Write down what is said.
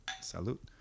salute